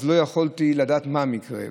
אז לא יכולתי לדעת מה המקרה.